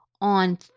on